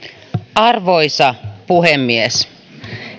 arvoisa puhemies